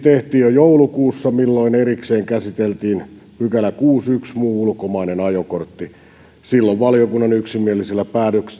jo joulukuussa jolloin erikseen käsiteltiin kuudeskymmenesensimmäinen pykälä muu ulkomainen ajokortti silloin valiokunnan yksimielisellä